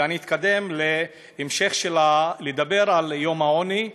ואני אתקדם להמשך, לדבר על יום המאבק בעוני,